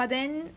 but then